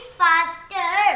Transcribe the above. faster